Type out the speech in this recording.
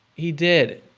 he did.